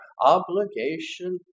obligation